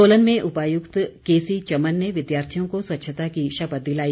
सोलन में उपायुक्त केसी चमन ने विद्यार्थियों को स्वच्छता की शपथ दिलाई